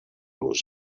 was